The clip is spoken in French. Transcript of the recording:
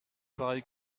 pareille